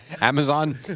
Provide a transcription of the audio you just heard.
Amazon